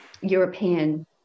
European